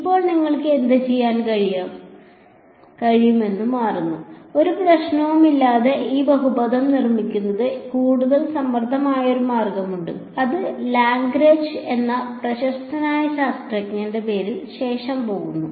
ഇപ്പോൾ നിങ്ങൾക്ക് ഇത് ചെയ്യാൻ കഴിയുമെന്ന് മാറുന്നു ഒരു പ്രശ്നവുമില്ലാത്തതുപോലെ ഈ ബഹുപദം നിർമ്മിക്കുന്നതിന് കൂടുതൽ സമർത്ഥമായ ഒരു മാർഗമുണ്ട് അത് ലഗ്രാഞ്ച് എന്ന പ്രശസ്തനായ ശാസ്ത്രജ്ഞന്റെ പേരിന് ശേഷം പോകുന്നു